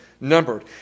numbered